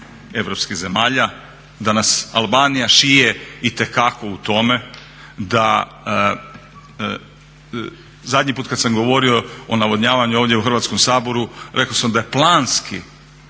europskih zemalja, da nas Albanija šije itekako u tome. Zadnji put kad sam govorio o navodnjavanju ovdje u Hrvatskom saboru rekao sam da planski